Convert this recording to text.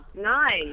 Nice